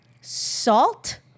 salt